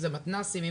מתנ"סים,